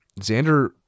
Xander